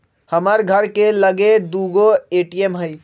हमर घर के लगे दू गो ए.टी.एम हइ